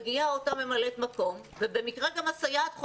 מגיעה אותה ממלאת מקום ובמקרה גם הסייעת הקבועה